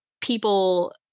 people